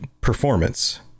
performance